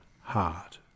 heart